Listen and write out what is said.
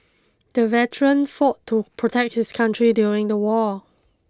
the veteran fought to protect his country during the war